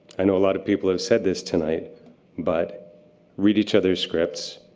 i know a lot of people have said this tonight but read each other's scripts,